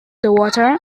water